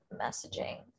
messaging